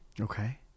okay